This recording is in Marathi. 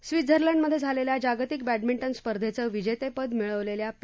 स्वित्झर्लंडमध्ये झालेल्या जागतिक बड्डमिंटन स्पर्धेचं विजेतपद मिळवलेल्या पी